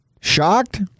Shocked